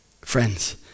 Friends